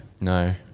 No